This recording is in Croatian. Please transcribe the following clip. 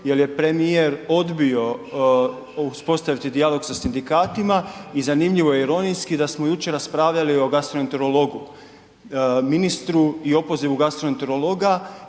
jer je premijer odbio uspostaviti dijalog sa sindikatima i zanimljivo i ironijski da smo jučer raspravljali o gastroenterologu, ministru i opozivu gastroenterologa